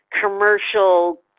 commercial